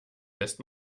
lässt